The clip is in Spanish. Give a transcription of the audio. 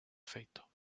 afeito